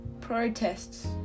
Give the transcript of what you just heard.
protests